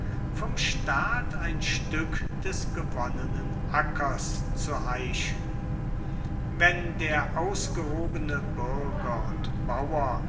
vom staat ein stück des gewonnenen ackers zu heischen wenn der ausgehobene bürger und bauer